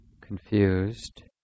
confused